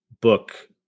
book